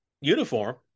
uniform